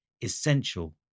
essential